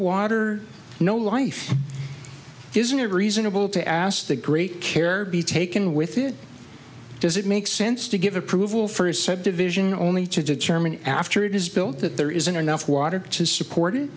water no life isn't it reasonable to ask the great care be taken with it does it make sense to give approval for his subdivision only to determine after it is built that there isn't enough water to support it